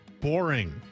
boring